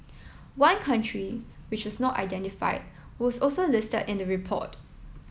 one country which was not identified was also listed in the report